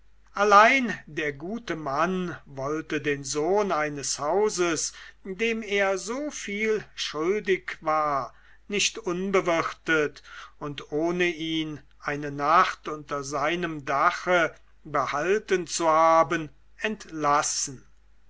allein der gute mann wollte den sohn eines hauses dem er so viel schuldig war nicht unbewirtet und ohne ihn eine nacht unter seinem dache behalten zu haben entlassen